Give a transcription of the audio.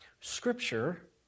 Scripture